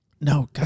No